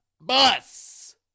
bus